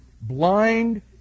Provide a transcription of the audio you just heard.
blind